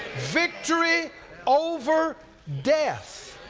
victory over death.